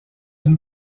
une